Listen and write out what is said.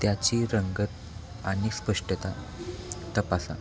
त्याची रंगत आणि स्पष्टता तपासा